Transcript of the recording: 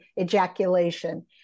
ejaculation